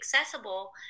accessible